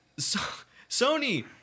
Sony